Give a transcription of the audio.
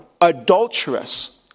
adulterous